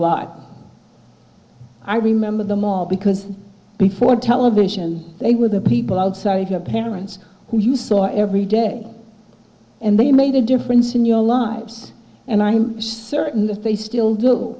lot i remember them all because before television they were the people outside of your parents who you saw every day and they made a difference in your lives and i'm certain if they still